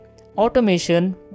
automation